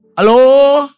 Hello